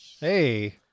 Hey